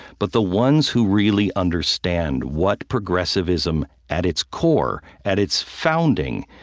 but the ones who really understand what progressivism, at its core, at its founding,